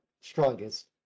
strongest